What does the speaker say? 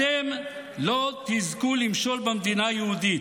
אתם לא תזכו למשול במדינה היהודית,